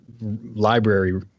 library